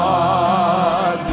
God